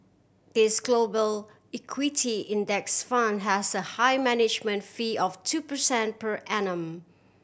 this Global Equity Index Fund has a high management fee of two percent per annum